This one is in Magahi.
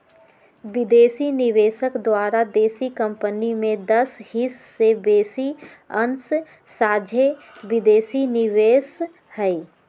विदेशी निवेशक द्वारा देशी कंपनी में दस हिस् से बेशी अंश सोझे विदेशी निवेश हइ